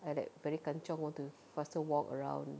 I like very kanchiong want to faster walk around